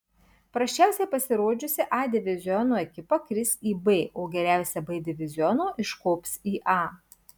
prasčiausiai pasirodžiusi a diviziono ekipa kris į b o geriausia b diviziono iškops į a